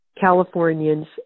Californians